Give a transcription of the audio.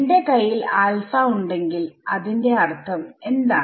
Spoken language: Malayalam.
എന്റെ കയ്യിൽ ആൽഫ ഉണ്ടെങ്കിൽ അതിന്റെ അർഥം എന്താണ്